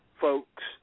folks